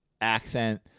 accent